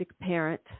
parent